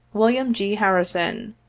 william g. harrison,